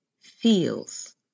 feels